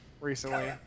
recently